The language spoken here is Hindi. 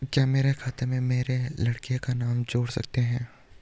क्या मेरे खाते में मेरे लड़के का नाम जोड़ सकते हैं?